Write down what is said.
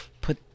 put